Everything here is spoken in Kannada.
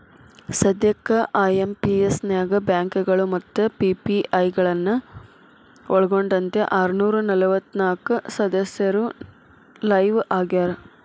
ಸದ್ಯಕ್ಕ ಐ.ಎಂ.ಪಿ.ಎಸ್ ನ್ಯಾಗ ಬ್ಯಾಂಕಗಳು ಮತ್ತ ಪಿ.ಪಿ.ಐ ಗಳನ್ನ ಒಳ್ಗೊಂಡಂತೆ ಆರನೂರ ನಲವತ್ನಾಕ ಸದಸ್ಯರು ಲೈವ್ ಆಗ್ಯಾರ